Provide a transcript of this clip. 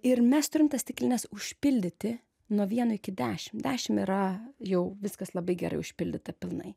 ir mes turim tas stiklines užpildyti nuo vieno iki dešim dešim yra jau viskas labai gerai užpildyta pilnai